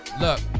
look